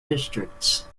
districts